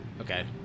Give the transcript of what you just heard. Okay